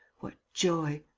what joy!